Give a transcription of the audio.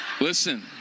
Listen